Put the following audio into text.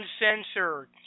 Uncensored